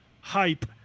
hype